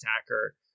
attacker